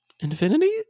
infinity